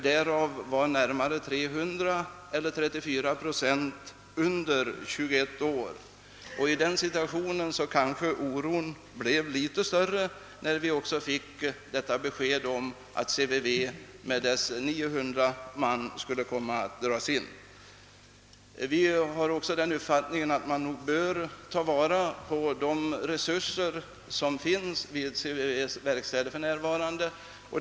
Därav var närmare 300, eller 34 procent, under 21 år. I den situationen kanske oron blev litet större när vi också fick detta besked om att CVV med sina 900 man skulle komma att dras in. Vi har även den uppfattningen att man bör ta vara på de resurser som för närvarande finns vid CVV:s verkstäder.